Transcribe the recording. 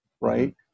right